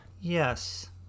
Yes